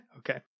Okay